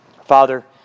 Father